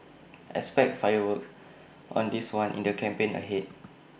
expect fireworks on this one in the campaign ahead